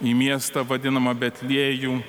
į miestą vadinamą betliejų